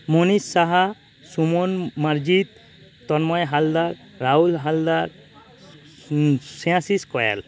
Manish Saha Suman Marjit Tanmoy Haldar Rahul Haldar Snehasish Kayal